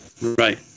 Right